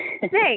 Thanks